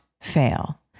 fail